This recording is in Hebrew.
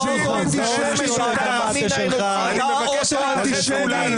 גינית את רצח משפחת די, אוטו-אנטישמי?